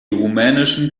rumänischen